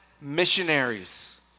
missionaries